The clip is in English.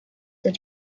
the